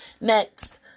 next